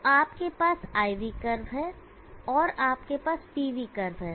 तो आपके पास IV कर्व है और आपके पास PV कर्व है